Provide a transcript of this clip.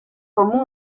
como